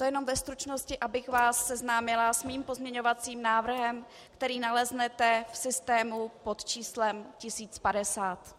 To jen ve stručnosti, abych vás seznámila s mým pozměňovacím návrhem, který naleznete v systému pod číslem 1050.